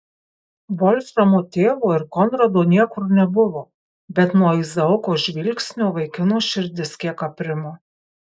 volframo tėvo ir konrado niekur nebuvo bet nuo izaoko žvilgsnio vaikino širdis kiek aprimo